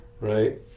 Right